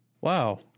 Wow